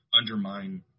undermine –